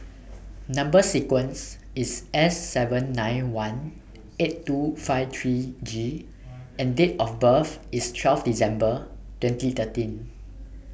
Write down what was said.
Number sequence IS S seven nine one eight two five three G and Date of birth IS twelve December twenty thirteen